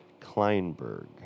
Kleinberg